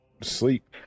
Sleep